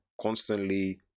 constantly